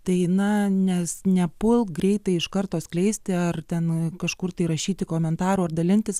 tai na nes nepulk greitai iš karto skleisti ar ten kažkur tai rašyti komentarų ar dalintis